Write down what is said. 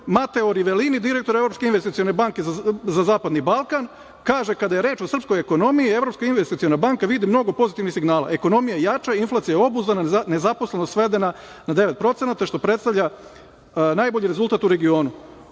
Mateo Rivelini direktor Evropske investicione banke za Zapadni Balkan kaže - kada je reč o srpskoj ekonomiji, Evropska investiciona banka vidi mnogo pozitivnih signala, ekonomija jača, inflacija je obuzdana, nezaposlenost svedena na 9%, što predstavlja najbolji rezultat u regionu.